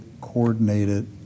coordinated